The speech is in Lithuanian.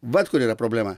vat kur yra problema